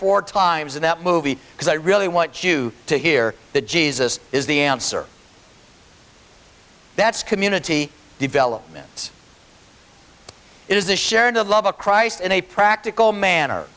four times in that movie because i really want you to hear that jesus is the answer that's community development it is the sharing the love of christ in a practical man